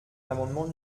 l’amendement